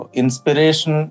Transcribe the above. inspiration